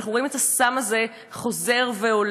ואנחנו רואים את נושא הסם הזה חוזר ועולה.